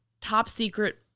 top-secret